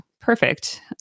perfect